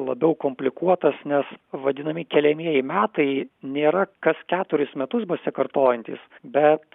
labiau komplikuotas nes vadinami keliamieji metai nėra kas keturis metus pasikartojantys bet